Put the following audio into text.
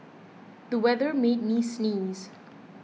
the weather made me sneeze